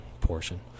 portion